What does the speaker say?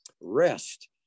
Rest